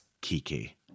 Kiki